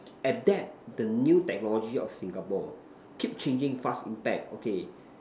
adapt the new technology of Singapore keep changing fast impact okay